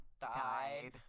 died